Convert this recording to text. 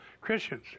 Christians